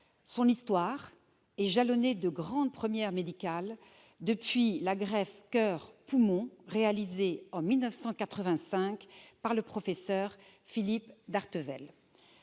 Son histoire est jalonnée de grandes premières médicales, depuis la greffe coeur-poumons réalisée en 1985 par le professeur Philippe Dartevelle.